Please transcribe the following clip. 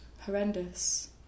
horrendous